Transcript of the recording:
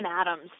Adams